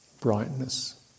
brightness